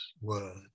word